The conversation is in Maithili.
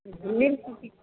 दिल्लीमे कि